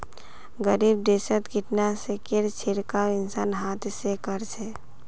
गरीब देशत कीटनाशकेर छिड़काव इंसान हाथ स कर छेक